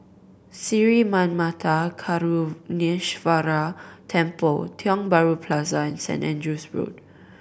Sri Manmatha Karuneshvarar Temple Tiong Bahru Plaza and Saint Andrew's Road